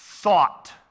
thought